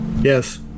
Yes